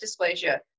dysplasia